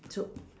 true